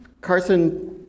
Carson